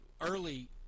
early